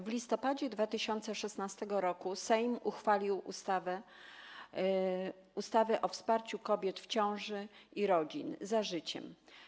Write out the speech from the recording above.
W listopadzie 2016 r. Sejm uchwalił ustawę o wsparciu kobiet w ciąży i rodzin „Za życiem”